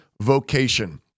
vocation